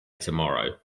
tomorrow